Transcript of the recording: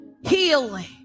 healing